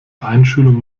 einschulung